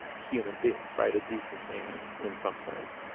human being, right, a decent man, in some sense,